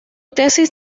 tesis